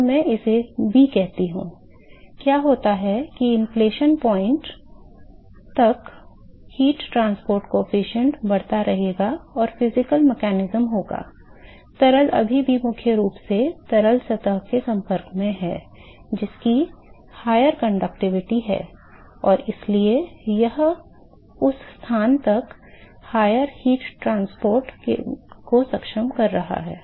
तो मैं इसे b कहता हूं क्या होता है कि इन्फ्लेक्शन पॉइंट तक ऊष्मा परिवहन गुणांक बढ़ता रहेगा और भौतिक तंत्र होगा तरल अभी भी मुख्य रूप से तरल सतह के संपर्क में है jiski उच्च चालकता है और इसलिए यह उस स्थान तक उच्च ताप परिवहन को सक्षम कर रहा है